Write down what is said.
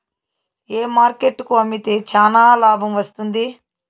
ఏ market కు అమ్మితే చానా లాభం వస్తుంది?